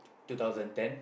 two thousand ten